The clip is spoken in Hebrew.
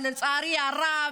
אבל לצערי הרב,